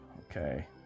okay